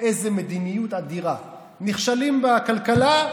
איזו מדיניות אדירה, נכשלים בכלכלה,